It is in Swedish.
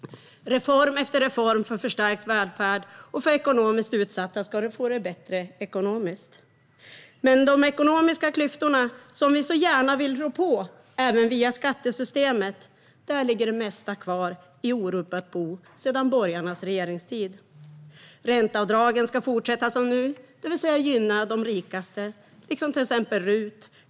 Reform efter reform görs för förstärkt välfärd och för att ekonomiskt utsatta ska få det bättre. Men när det gäller de ekonomiska klyftorna, som vi så gärna vill rå på även via skattesystemet, ligger det mesta kvar i orubbat bo sedan borgarnas regeringstid. Ränteavdragen ska fortsätta som nu, det vill säga gynna de rikaste, liksom till exempel RUT.